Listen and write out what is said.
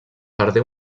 perdé